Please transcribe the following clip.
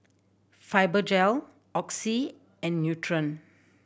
Fibogel Oxy and Nutren